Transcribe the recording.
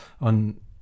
On